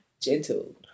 Gentle